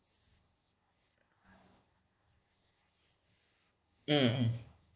mmhmm